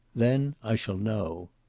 then i shall know.